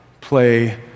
play